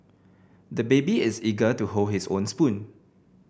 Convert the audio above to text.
the baby is eager to hold his own spoon